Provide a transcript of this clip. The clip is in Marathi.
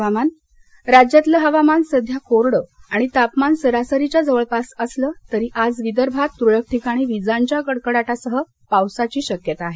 हवामान राज्यातलं हवामान सध्या कोरडं आणि तापमान सरासरीच्या जवळपास असलं तरी आज विदर्भात तुरळक ठिकाणी विजांच्या कडकडाटासह पावसाची शक्यता आहे